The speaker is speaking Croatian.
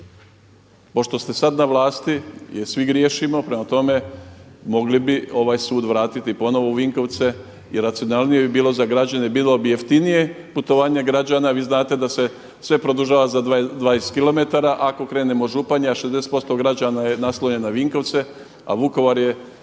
pošto ste sada na vlasti jer svi griješimo prema tome mogli bi ovaj sud vratiti ponovno u Vinkovce i racionalnije bi bilo za građane, bilo bi jeftinije putovanje građana. Vi znate da se sve produžava za 20km ako krenemo od Županje, a 60% građana je naslonjeno na Vinkovce, a Vukovar je